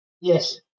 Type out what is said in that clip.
Yes